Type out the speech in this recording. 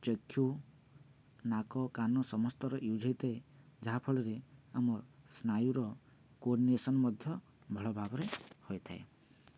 ଚକ୍ଷୁ ନାକ କାନ ସମସ୍ତର ୟୁଜ୍ ହେଇଥାଏ ଯାହାଫଳରେ ଆମର୍ ସ୍ନାୟୁର କୋଡ଼ିନେସନ୍ ମଧ୍ୟ ଭଲ ଭାବରେ ହୋଇଥାଏ